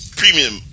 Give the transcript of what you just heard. premium